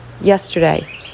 yesterday